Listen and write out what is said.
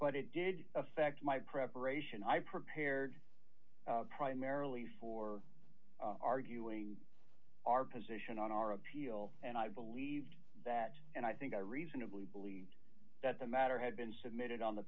but it did affect my preparation i prepared primarily for arguing our position on our appeal and i believed that and i think i reasonably believed that the matter had been submitted on the